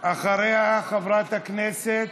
אחריה, חברת הכנסת